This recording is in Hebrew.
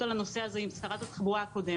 על הנושא הזה עוד עם שרת התחבורה הקודמת